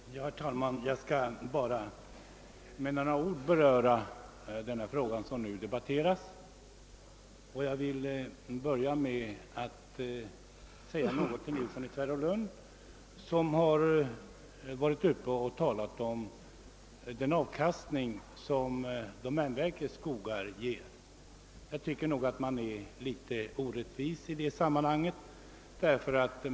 Herr talman! Jag skall bara med några ord beröra den fråga som vi nu debatterar, och jag vill börja med att bemöta herr Nilsson i Tvärålund, som talat om den avkastning som domänverkets skogar ger. Jag tycker nog att man i detta sammanhang är litet orättvis.